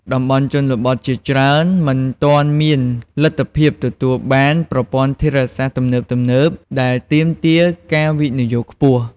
តំបន់ជនបទជាច្រើនមិនទាន់មានលទ្ធភាពទទួលបានប្រព័ន្ធធារាសាស្ត្រទំនើបៗ ដែលទាមទារការវិនិយោគខ្ពស់។